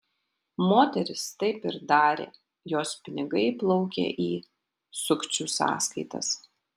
moteris taip ir darė jos pinigai plaukė į sukčių sąskaitas